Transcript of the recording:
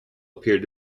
appeared